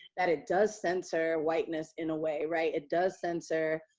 that it does censor whiteness in a way. right? it does censor,